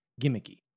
gimmicky